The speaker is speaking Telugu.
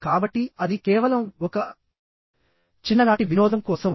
కాబట్టి అది కేవలం ఒక చిన్ననాటి వినోదం కోసం